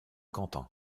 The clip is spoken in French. quentin